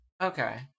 Okay